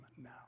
now